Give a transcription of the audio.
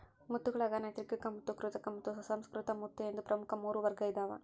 ಮುತ್ತುಗುಳಾಗ ನೈಸರ್ಗಿಕಮುತ್ತು ಕೃತಕಮುತ್ತು ಸುಸಂಸ್ಕೃತ ಮುತ್ತು ಎಂದು ಪ್ರಮುಖ ಮೂರು ವರ್ಗ ಇದಾವ